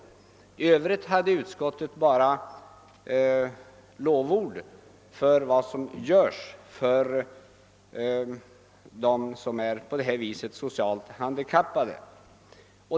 I övrigt hade utskottet bara lovord för vad som görs för dem som är socialt handikappade.